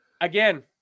Again